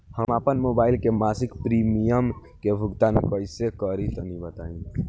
हम आपन मोबाइल से मासिक प्रीमियम के भुगतान कइसे करि तनि बताई?